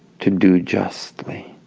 to do justly